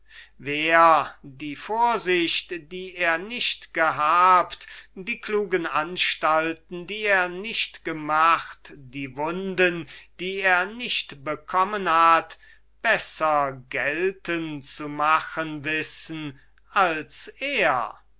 wer wird die vorsicht die er nicht gehabt die klugen anstalten die er nicht gemacht die wunden die er nicht bekommen hat besser gelten zu machen wissen als er